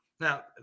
Now